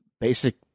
basic